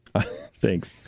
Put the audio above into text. Thanks